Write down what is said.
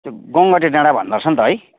त्यो गङ्गटे डाँडा भन्दोरहेछ नि त है